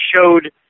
showed